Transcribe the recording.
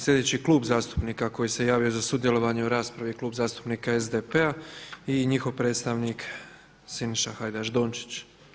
Sljedeći Klub zastupnika koji se javio za sudjelovanje u raspravi je Klub zastupnika SDP-a i njihov predstavnik Siniša Hajdaš Dončić.